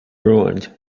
ruined